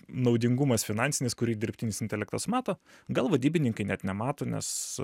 naudingumas finansinis kurį dirbtinis intelektas mato gal vadybininkai net nemato nes